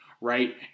right